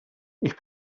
ich